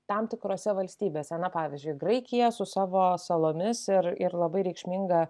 tam tikrose valstybėse na pavyzdžiui graikija su savo salomis ir ir labai reikšminga